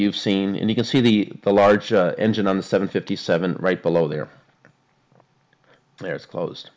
you've seen and you can see the the large engine on the seven fifty seven right below there there is closed